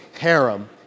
harem